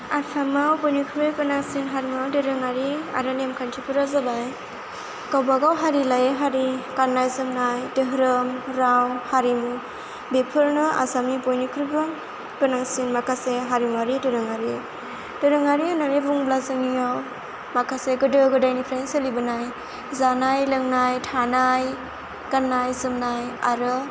आसामाव बयनिख्रुइ गोनांसिन हारिमु दोरोङारि आरो नेमखान्थिफोरा जाबाय गावबा गाव हारि लायै हारि गाननाय जोमनाय धोरोम राव हारिमु बेफोरनो आसामनि बयनिख्रुइबो गोनांसिन माखासे हारिमुआरि दोरोङारि दोरोङारि होननानै बुंब्ला जोंनियाव माखासे गोदो गोदायनिफ्रायनो सोलिबोनाय जानाय लोंनाय थानाय गाननाय जोमनाय आरो